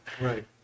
Right